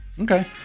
Okay